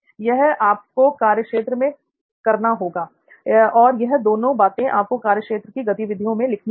यह आपको कार्यक्षेत्र में करना होगा और यह दोनों बातें आपको कार्यक्षेत्र की गतिविधि में लिखनी होंगी